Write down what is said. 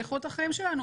של איכות החיים שלנו,